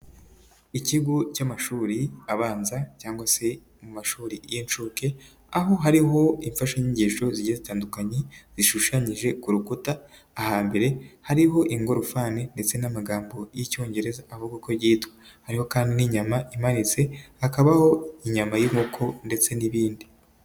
Ikigo cy'amashuri abanza cyangwa se mu mashuri y'incuke, aho hariho imfashanyigisho ziri zitandukanye, zishushanyije ku rukuta, ahambere hariho ingorofani ndetse n'amagambo y'icyongereza avuga uko agiye yitwa, harihi kandi n'inyama imanitse, hakabaho inyama y'inkoko ndetse n'ibindi.